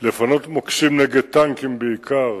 לפנות מוקשים נגד טנקים, בעיקר,